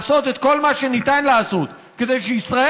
לעשות את כל מה שניתן לעשות כדי שישראל